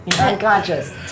Unconscious